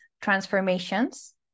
transformations